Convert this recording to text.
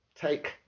take